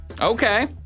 Okay